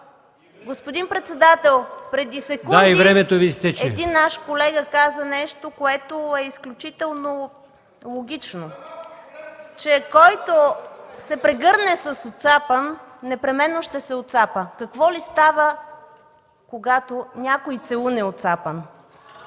Господин председател, преди секунди един наш колега каза нещо, което е изключително логично – човек, който се прегърне с оцапан, непременно ще се оцапа. Какво ли става, когато някой целуне оцапан?